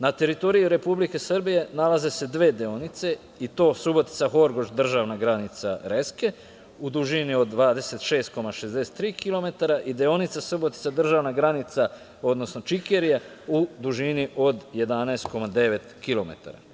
Na teritoriji Republike Srbije nalaze se dve deonice i to Subotica – Horgoš – državna granica (Reske) u dužini od 26,63 kilometara i deonica Subotica – državna granica (Čikerija) u dužini od 11,9 kilometara.